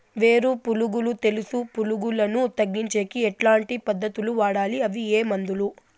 వేరు పులుగు తెలుసు పులుగులను తగ్గించేకి ఎట్లాంటి పద్ధతులు వాడాలి? అవి ఏ మందులు?